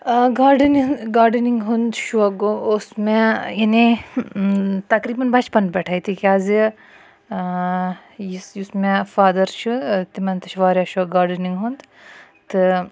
gardening ہُنٛد شوکھ گوٚو اوس مےٚ تَقریٖبن بَچپَن پیٹھٕے تکیازِ یُس یُس مےٚ فادَر چھُ تِمَن تہِ چھُ واریاہ شوکھ گاڈنِنٛگ ہُنٛد تہٕ